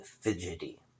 fidgety